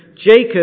Jacob